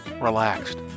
relaxed